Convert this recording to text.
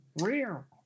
rare